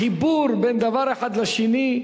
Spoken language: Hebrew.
החיבור בין דבר אחד לשני,